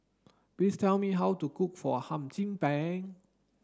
please tell me how to cook for Hum Chim Peng